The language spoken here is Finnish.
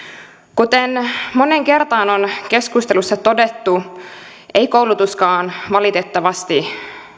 kuten moneen kertaan on keskustelussa todettu ei koulutuskaan valitettavasti